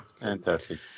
Fantastic